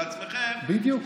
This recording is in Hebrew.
לעצמכם, בדיוק.